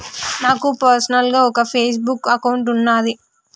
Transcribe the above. నాకు పర్సనల్ గా ఒక ఫేస్ బుక్ అకౌంట్ వున్నాది